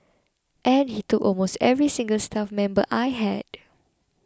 and he took almost every single staff member I had